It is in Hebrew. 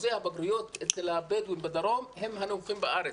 אחוזי הבגרויות אצל הבדואים בדרום הם הנמוכים בארץ.